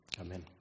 Amen